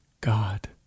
God